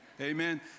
Amen